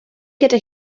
gyda